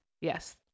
yes